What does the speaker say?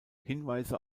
hinweise